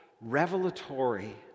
revelatory